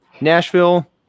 Nashville